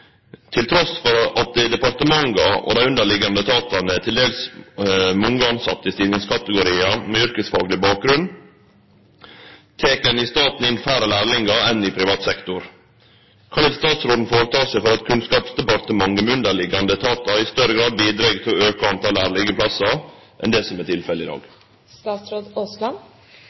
Til tross for at det i departementene og de underliggende etater er til dels mange ansatte i stillingskategorier med yrkesfaglig bakgrunn, tas det i staten inn færre lærlinger enn i privat sektor. Hva vil statsråden foreta seg for at Kunnskapsdepartementet med underliggende etater i større grad bidrar til å øke antall lærlingplasser enn det som er tilfellet